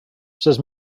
says